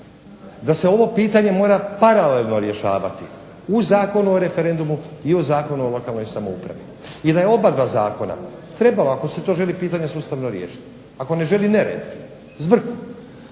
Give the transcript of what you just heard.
da se ovo pitanje mora paralelno rješavati u Zakonu o referendumu i u Zakonu o lokalnoj samoupravi. I da je obadva zakona trebalo ako se to pitanje želi sustavno riješiti ako ne želi nered, zbrku,